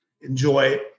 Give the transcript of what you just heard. enjoy